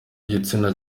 igitsina